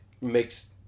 makes